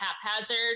haphazard